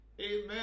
Amen